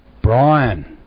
Brian